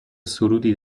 سرودی